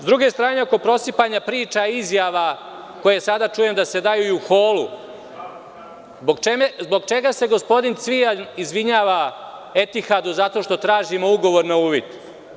S druge strane, oko prosipanja priča i izjava koje čujem da se daju u holu, zbog čega se gospodin Cvijan izvinjava „Etihadu“ zato što tražimo ugovor na uvid?